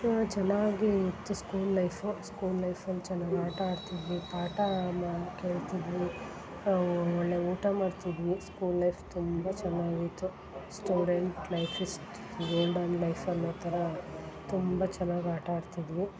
ಚೆನ್ನಾಗಿ ಇತ್ತು school life school life ಒಂದು ಚೆನ್ನಾಗಿ ಆಟ ಆಡ್ತಿದ್ವಿ ಪಾಠ ಎಲ್ಲ ಕೇಳ್ತಿದ್ವಿ ಒಳ್ಳೆಯ ಊಟ ಮಾಡ್ತಿದ್ವಿ ಸ್ಕೂಲ್ ಲೈಫ್ ತುಂಬ ಚೆನ್ನಾಗಿತ್ತು student life is golden life ಅನ್ನೋಥರ ತುಂಬ ಚೆನ್ನಾಗಿ ಆಟ ಆಡ್ತಿದ್ವಿ